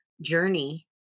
journey